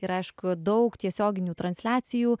ir aišku daug tiesioginių transliacijų